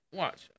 watch